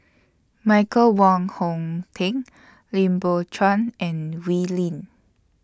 Michael Wong Hong Teng Lim Biow Chuan and Wee Lin